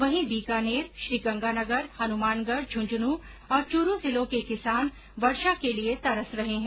वहीं बीकानेर श्रीगंगानगर हनुमानगढ़ झुंझनूं और चूरू जिलों के किसान वर्षा के लिए तरस रहे हैं